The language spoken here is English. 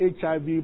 HIV